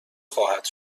خواهد